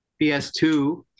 ps2